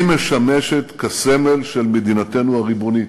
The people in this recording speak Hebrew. היא משמשת כסמל של מדינתנו הריבונית.